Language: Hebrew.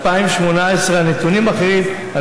ב-2018 הנתונים אחרים,